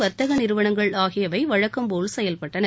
வர்த்தக நிறுவனங்கள் ஆகியவை வழக்கம் போல் செயல்பட்டன